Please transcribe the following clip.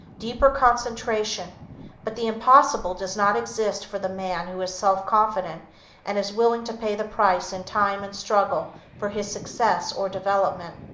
deeper consecration but the impossible does not exist for the man who is self-confident and is willing to pay the price in time and struggle for his success or development.